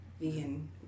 vegan